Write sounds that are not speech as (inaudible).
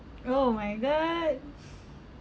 oh my god (laughs)